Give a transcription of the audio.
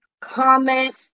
comment